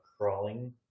crawling